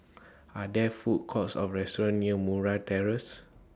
Are There Food Courts Or restaurants near Murray Terrace